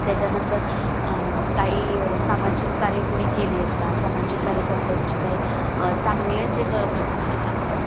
त्याच्यानंतर काही सामाजिक कार्य कुणी केली आहेत का सामाजिक कार्यकर्त्यांची काही चांगले जे गळ घटना असतात